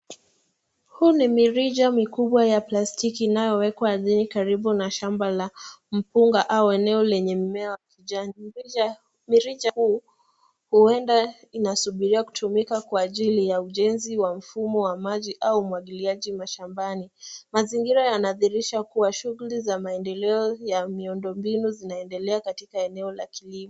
Huu ni mirija mikubwa ya plastiki inayowekwa ardhini karibu na shamba la mpunga au eneo lenye mmea wa kijani. Mirija huu huenda inasubiriwa kutumika kwa anjili ya ujenzi wa mfumo wa maji au umwagiliaji mashabani .Mazingira yanadhhirisha kuwa shughli za maendeleo ya miundo mbinu zinaendelea katika eneo la kilimo.